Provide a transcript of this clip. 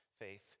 faith